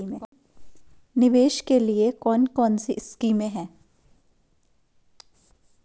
निवेश के लिए कौन कौनसी स्कीम हैं?